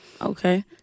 Okay